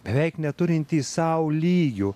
beveik neturintys sau lygių